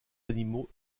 animaux